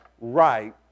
right